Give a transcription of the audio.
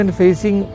facing